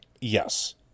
Yes